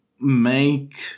make